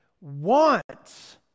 wants